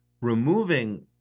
removing